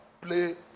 play